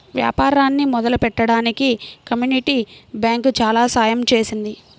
వ్యాపారాన్ని మొదలుపెట్టడానికి community bank చాలా సహాయం చేసింది